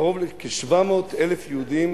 כ-700,000 יהודים